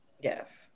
Yes